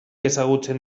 ezagutzen